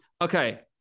Okay